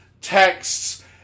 texts